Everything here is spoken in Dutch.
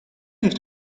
heeft